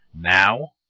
Now